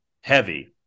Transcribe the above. heavy